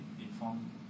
inform